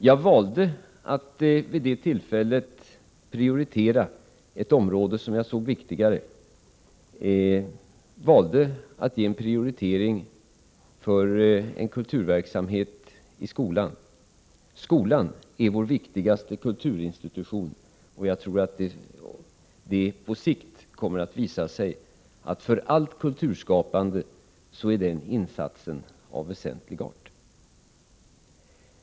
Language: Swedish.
Jag valde att vid detta tillfälle prioritera ett område som jag ansåg viktigare, dvs. en kulturverksamhet i skolan. Skolan är vår viktigaste kulturinstitution, och jag tror att det på sikt kommer att visa sig att för allt kulturskapande är den insatsen av väsentlig art.